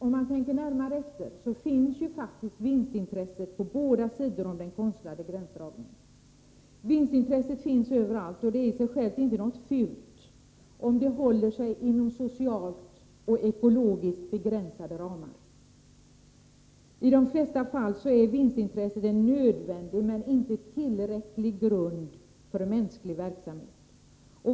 Om man tänker närmare efter, finner man att 30 januari 1984 vinstintresset ju faktiskt finns på båda sidor om den konstlade gränsdragningen. Vinstintresset finns överallt, och det är i sig självt inte Om statsbidragen någonting fult, om det håller sig inom socialt och ekologiskt begränsade tillprivata daghem, ramar. I de flesta fall är vinstintresset en nödvändig men inte tillräcklig grund —», m. för mänsklig verksamhet.